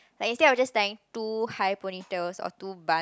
like instead of just tying two high pony tails or two bun